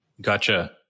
Gotcha